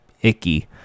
icky